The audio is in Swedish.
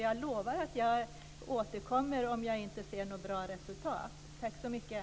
Jag lovar att jag återkommer om jag inte ser något bra resultat. Tack så mycket!